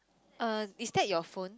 uh is that your phone